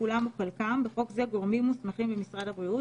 כולם או חלקם במשרד (בחוק זה גורמים מוסמכים במשרד הבריאות),